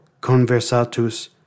conversatus